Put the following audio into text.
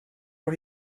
for